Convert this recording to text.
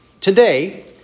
today